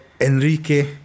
Enrique